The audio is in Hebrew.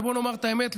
ובואו נאמר את האמת,